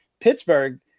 Pittsburgh